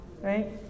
right